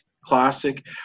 Classic